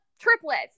triplets